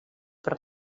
per